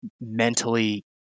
mentally